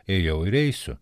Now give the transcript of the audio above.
ėjau ir eisiu